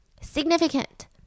Significant